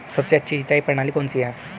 सबसे अच्छी सिंचाई प्रणाली कौन सी है?